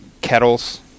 kettles